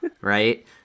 right